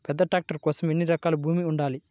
పెద్ద ట్రాక్టర్ కోసం ఎన్ని ఎకరాల భూమి ఉండాలి?